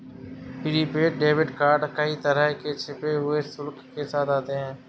prepaid debit card कई तरह के छिपे हुए शुल्क के साथ आते हैं